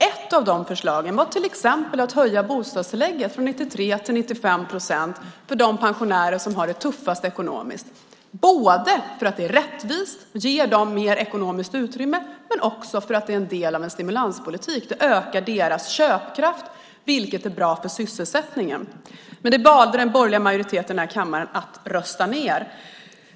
Ett av de förslagen var till exempel att höja bostadstillägget från 93 till 95 procent för de pensionärer som har det tuffast ekonomiskt - detta för att det är rättvist, ger mer ekonomiskt utrymme och är en del av en stimulanspolitik. Det ökar deras köpkraft, vilket är bra för sysselsättningen. Det valde den borgerliga majoriteten att rösta ned.